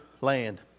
land